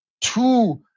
Two